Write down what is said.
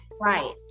right